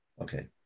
Okay